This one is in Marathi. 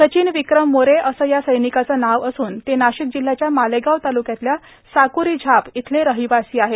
सचिन विक्रम मोरे असं या सैनिकाचं नाव असून ते नाशिक जिल्ह्याच्या मालेगाव तालुक्यातल्या साकुरी झाप इथले रहिवासी आहेत